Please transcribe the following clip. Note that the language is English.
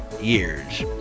years